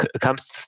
comes